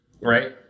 right